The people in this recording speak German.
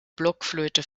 blockflöte